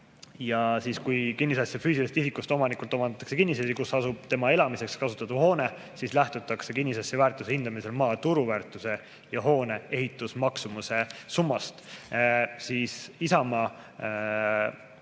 suurem. Kui kinnisasja füüsilisest isikust omanikult omandatakse kinnisasi, kus asub tema elamiseks kasutatav hoone, siis lähtutakse kinnisasja väärtuse hindamisel maa turuväärtuse ja hoone ehitusmaksumuse summast. Isamaa